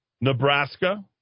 Nebraska